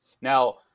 Now